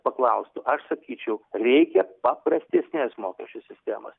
paklaustų aš sakyčiau reikia paprastesnės mokesčių sistemos